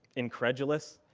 incredulous.